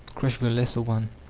crush the lesser one.